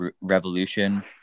revolution